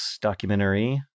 documentary